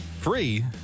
free